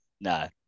No